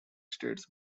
states